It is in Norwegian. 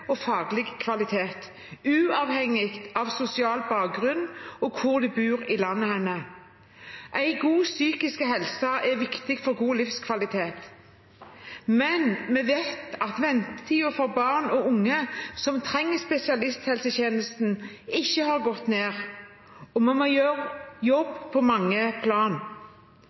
faglig kvalitet, uavhengig av sosial bakgrunn og hvor de bor i landet. En god psykisk helse er viktig for god livskvalitet. Men vi vet at ventetiden for barn og unge som trenger spesialisthelsetjenesten, ikke har gått ned, og man må gjøre en jobb på mange plan.